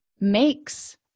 makes